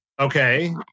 Okay